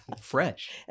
Fresh